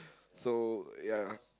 so ya